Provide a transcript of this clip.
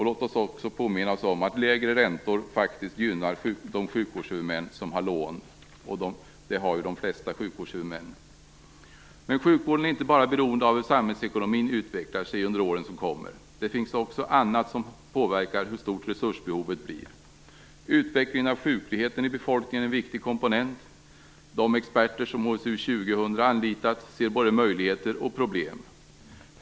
Låt oss också påminna oss om att lägre räntor faktiskt gynnar de sjukvårdshuvudmän som har lån. Det har de flesta sjukvårdshuvudmän. Men sjukvården är inte bara beroende av hur samhällsekonomin utvecklar sig under åren som kommer. Det finns också annat som påverkar hur stort resursbehovet blir. Utvecklingen av sjukligheten i befolkningen är en viktig komponent. De experter som HSU 2000 anlitar ser både möjligheter och problem.